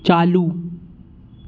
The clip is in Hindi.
चालू